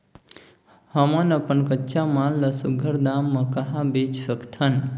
हमन अपन कच्चा माल ल सुघ्घर दाम म कहा बेच सकथन?